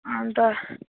अन्त